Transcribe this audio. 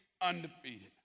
undefeated